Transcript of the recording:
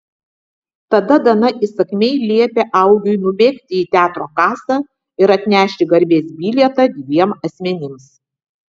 tada dana įsakmiai liepė augiui nubėgti į teatro kasą ir atnešti garbės bilietą dviem asmenims